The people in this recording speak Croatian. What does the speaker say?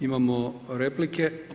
Imamo replike.